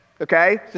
Okay